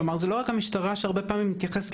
כלומר זה לא רק המשטרה שהרבה פעמים מתייחסת